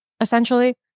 essentially